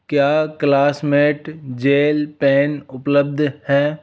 क्या Classmate gel pen उपलब्ध है